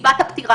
יש לנו תפקיד גם